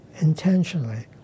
intentionally